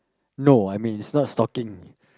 no I mean is not stalking